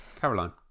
Caroline